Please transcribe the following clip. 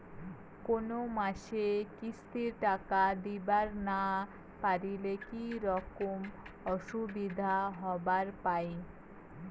কোনো মাসে কিস্তির টাকা দিবার না পারিলে কি রকম অসুবিধা হবার পায়?